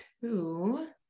two